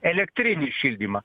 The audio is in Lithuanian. elektrinį šildymą